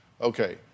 Okay